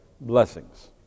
blessings